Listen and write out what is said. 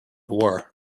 war